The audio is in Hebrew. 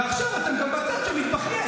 ועכשיו אתם גם בצד שמתבכיין,